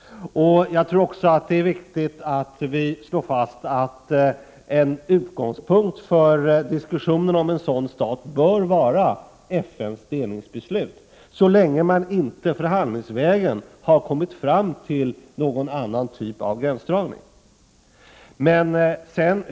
Jag tror också att det är viktigt att vi slår fast att en utgångspunkt för diskussionen om en sådan stat bör vara FN:s delningsbeslut, så länge man inte förhandlingsvägen har kommit fram till någon annan typ av gränsdragning.